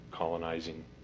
colonizing